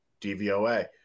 DVOA